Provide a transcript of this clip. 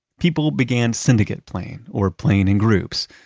people began syndicate playing, or playing in groups.